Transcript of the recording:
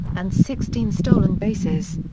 and sixteen stolen bases.